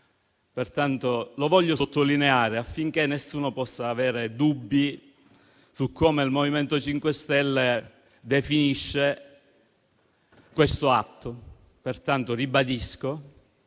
lo voglio sottolineare, affinché nessuno possa avere dubbi su come il MoVimento 5 Stelle definisca questo atto. Ribadisco: